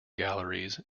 galleries